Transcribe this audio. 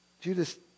Judas